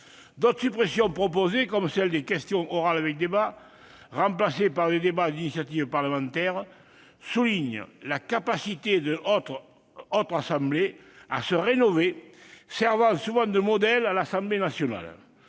D'autres suppressions proposées, comme celle des questions orales avec débat remplacées par les débats d'initiative parlementaire, soulignent la capacité de notre Haute Assemblée à se rénover, servant souvent de modèle à l'Assemblée nationale.